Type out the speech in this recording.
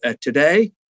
Today